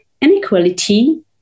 inequality